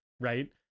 right